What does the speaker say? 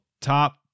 top